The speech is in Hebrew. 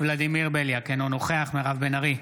ולדימיר בליאק, אינו נוכח מירב בן ארי,